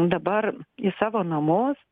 dabar į savo namus